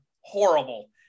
Horrible